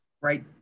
right